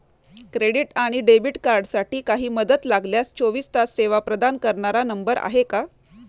Credit आणि debit कार्डसाठी काही मदत लागल्यास चोवीस तास सेवा प्रदान करणारा नंबर आहे का?